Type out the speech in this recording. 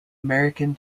american